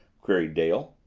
queried dale.